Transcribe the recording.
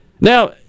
Now